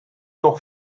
toch